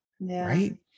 right